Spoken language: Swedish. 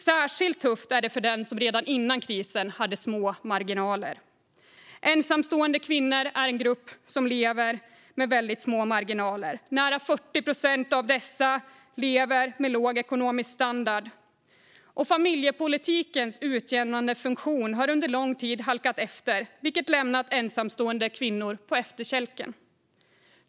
Särskilt tufft är det för dem som redan före krisen hade små marginaler. Ensamstående kvinnor är en grupp som lever med väldigt små marginaler: Nära 40 procent av dessa lever med låg ekonomisk standard. Familjepolitikens utjämnande funktion har under lång tid halkat efter, vilket har lämnat ensamstående kvinnor på efterkälken.